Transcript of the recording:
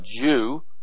Jew